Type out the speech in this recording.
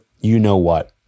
you-know-what